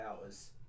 hours